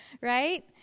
right